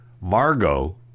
Margot